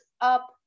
up